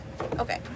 Okay